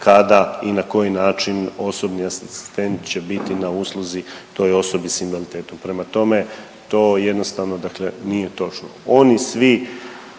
kada i na koji način osobni asistent će biti na usluzi toj osobi s invaliditetom. Prema tome, to jednostavno dakle nije točno, oni svi